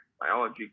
biology